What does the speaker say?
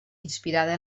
inspirada